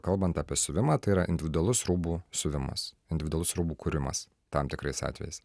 kalbant apie siuvimą tai yra individualus rūbų siuvimas individualus rūbų kūrimas tam tikrais atvejais